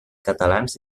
catalans